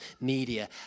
media